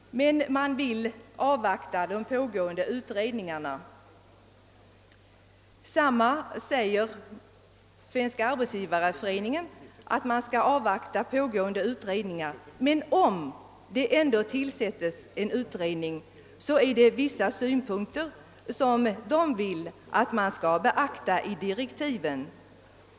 Man vill dock avvakta de pågående utredningarnas resultat. Även Svenska arbetsgivareföreningen anser att man bör avvakta resultatet av pågående utredningar. Om en utredning likväl tillsättes, vill Svenska arbetsgivareföreningen att vissa synpunkter skall beaktas i direktiven.